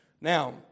Now